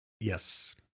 Yes